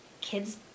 kids